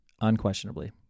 Unquestionably